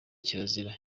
kirazira